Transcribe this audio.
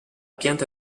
pianta